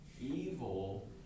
evil